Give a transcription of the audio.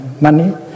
money